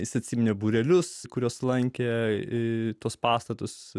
jis atsiminė būrelius kuriuos lankė į tuos pastatus